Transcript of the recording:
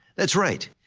that's right,